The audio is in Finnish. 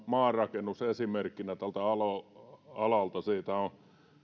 maanrakennus esimerkkinä tältä alalta siitä ovat